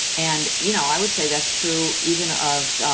and, you know, i would say that's true even of.